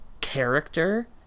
character